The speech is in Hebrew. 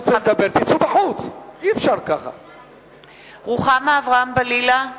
(קוראת בשמות חברי הכנסת) רוחמה אברהם-בלילא,